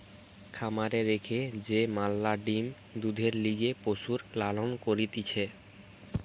খামারে রেখে যে ম্যালা ডিম্, দুধের লিগে পশুর লালন করতিছে